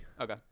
Okay